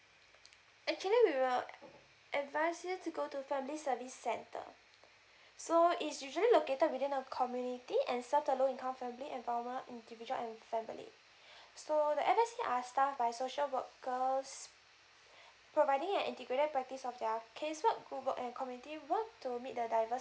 actually we will advise you to go to family service centre so it's usually located within a community and serve to low income family and individual and family so the F_S_C are staff by social workers providing an integrated practice of their case work social and community work to make the diverse